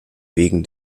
wegen